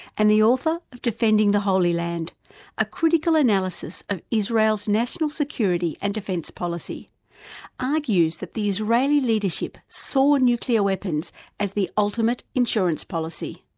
and the author of defending the holy land a critical analysis of israel's national security security and defence policy argues that the israeli leadership saw nuclear weapons as the ultimate insurance policy.